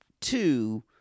two